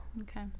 Okay